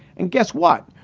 and guess what?